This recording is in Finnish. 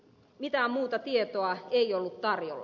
mitään muuta tietoa ei ollut tarjolla